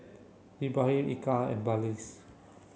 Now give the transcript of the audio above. Ibrahim Eka and Balqis